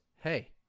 hey